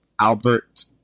Albert